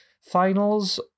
Finals